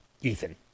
ethan